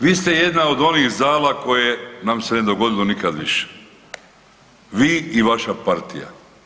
Vi ste jedna od onih zala koje nam se ne dogodilo nikad više, vi i vaša partija.